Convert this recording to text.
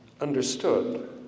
understood